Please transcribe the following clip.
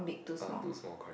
uh two small correct